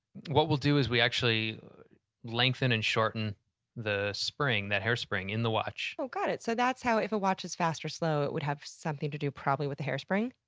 what we'll do is we actually lengthen and shorten the spring that hairspring in the watch. oh, got it! so that's how, if the watch is fast or slow it would have something to do probably with the hairspring?